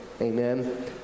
Amen